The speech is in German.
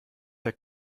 der